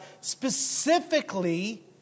specifically